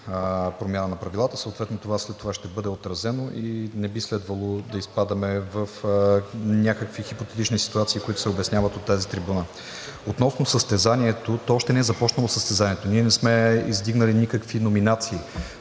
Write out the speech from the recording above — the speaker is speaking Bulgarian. промяна на правилата, съответно това после ще бъде отразено и не би следвало да изпадаме в някакви хипотетични ситуации, които се обясняват от тази трибуна. Относно състезанието, то още не е започнало. Ние не сме издигнали никакви номинации.